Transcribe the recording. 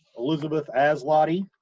elizabeth as lotty.